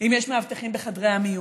אם יש מאבטחים בחדרי המיון,